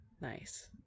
Nice